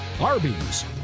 Arby's